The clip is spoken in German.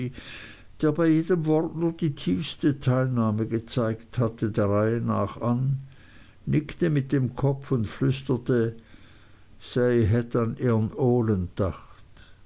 bei jedem wort nur die tiefste teilnahme gezeigt hatte der reihe nach an nickte mit dem kopf und flüsterte sej hett an ehrn olen dacht